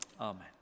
Amen